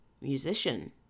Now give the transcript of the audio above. Musician